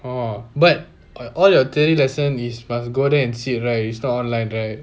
!wah! but like all your theory lesson is must go there and sit right is not online right